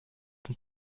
than